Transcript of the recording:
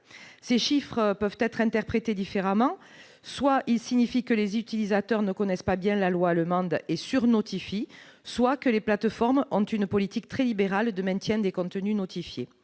Ces chiffres peuvent être interprétés différemment : ils signifient soit que les utilisateurs ne connaissent pas bien la loi allemande et sur-notifient, soit que les plateformes ont une politique très libérale de maintien des contenus notifiés.